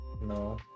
no